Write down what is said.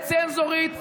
לצנזורית,